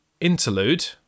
interlude